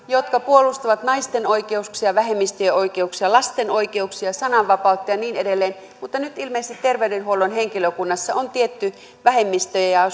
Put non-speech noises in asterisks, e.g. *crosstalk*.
*unintelligible* jotka puolustavat naisten oikeuksia vähemmistöjen oikeuksia lasten oikeuksia sananvapautta ja niin edelleen mutta nyt ilmeisesti terveydenhuollon henkilökunnassa on tietty vähemmistö ja ja *unintelligible*